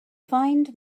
find